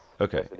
okay